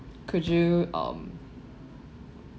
could you um